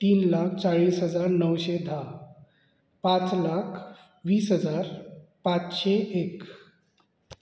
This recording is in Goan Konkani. तीन लाख चाळीस हजार णवशे धा पांच लाख वीस हजार पाचशें एक